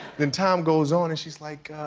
then time goes on and she's like,